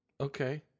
Okay